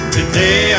Today